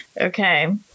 Okay